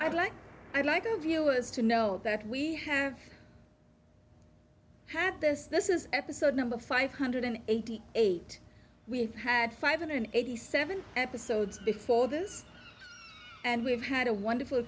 i'd like i'd like the viewers to know that we have had this this is episode number five hundred and eighty eight we've had five hundred and eighty seven episodes before this and we've had a wonderful